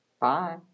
Bye